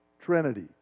Trinity